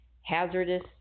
hazardous